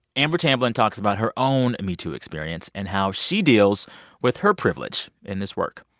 amber tamblyn talks about her own metoo experience and how she deals with her privilege in this work.